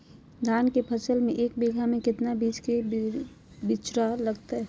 धान के फसल में एक बीघा में कितना बीज के बिचड़ा लगतय?